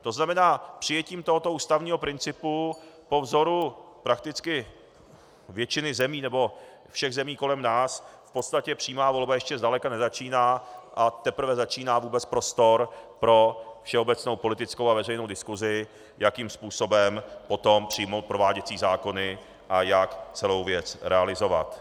To znamená, přijetím tohoto ústavního principu po vzoru prakticky většiny zemí, nebo všech zemí kolem nás v podstatě přímá volba ještě zdaleka nezačíná a teprve začíná vůbec prostor pro všeobecnou politickou a veřejnou diskusi, jakým způsobem potom přijmout prováděcí zákony a jak celou věc realizovat.